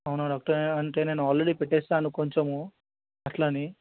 అవునా డాక్టర్ అంటే నేను ఆల్రెడీ పెట్టాను కొంచము అట్లా అని